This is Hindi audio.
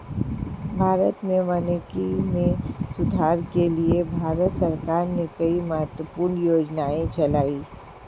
भारत में वानिकी में सुधार के लिए भारतीय सरकार ने कई महत्वपूर्ण योजनाएं चलाई